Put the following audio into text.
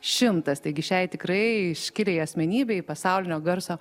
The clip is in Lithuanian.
šimtas taigi šiai tikrai iškiliai asmenybei pasaulinio garso